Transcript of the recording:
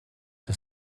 the